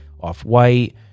Off-White